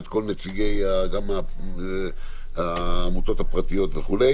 גם את כל נציגי העמותות הפרטיות וכו'.